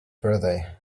birthday